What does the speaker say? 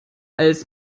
als